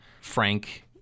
Frank